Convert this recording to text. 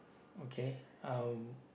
okay uh